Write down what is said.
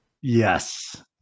Yes